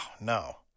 no